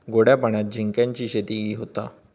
गोड्या पाण्यात झिंग्यांची शेती चांगली होता